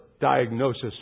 diagnosis